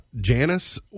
Janice